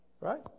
Right